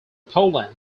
poland